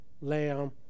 lamb